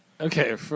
Okay